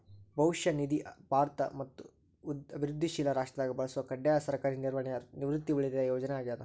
ಭವಿಷ್ಯ ನಿಧಿ ಭಾರತ ಮತ್ತ ಅಭಿವೃದ್ಧಿಶೇಲ ರಾಷ್ಟ್ರದಾಗ ಬಳಸೊ ಕಡ್ಡಾಯ ಸರ್ಕಾರಿ ನಿರ್ವಹಣೆಯ ನಿವೃತ್ತಿ ಉಳಿತಾಯ ಯೋಜನೆ ಆಗ್ಯಾದ